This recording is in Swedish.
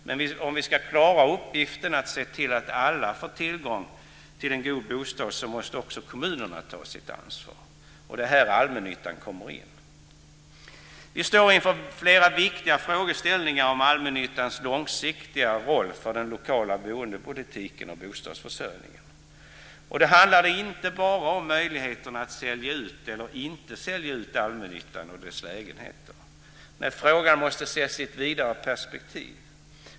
Men om vi ska klara uppgiften att se till att alla får tillgång till en god bostad måste även kommunerna ta sitt ansvar. Det är här allmännyttan kommer in. Vi står inför flera viktiga frågeställningar om allmännyttans långsiktiga betydelse för den lokala boendepolitiken och bostadsförsörjningen. Och då handlar det inte bara om möjligheten att sälja ut eller inte sälja ut allmännyttan och dess lägenheter. Nej, frågan måste ses i ett vidare perspektiv.